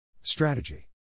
Strategy